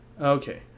Okay